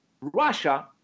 Russia